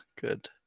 good